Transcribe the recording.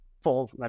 full